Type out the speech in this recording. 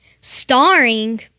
starring